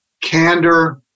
candor